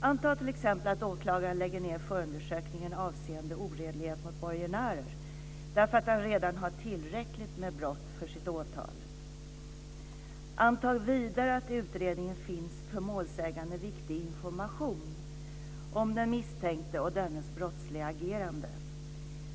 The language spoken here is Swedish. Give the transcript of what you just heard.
Anta t.ex. att en åklagare lägger ned förundersökningen avseende oredlighet mot borgenärer därför att han redan har tillräckligt med brott för sitt åtal. Anta vidare att i utredningen finns för målsäganden viktig information om den misstänkte och dennes brottsliga agerande.